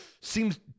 seems